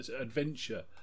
adventure